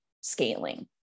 scaling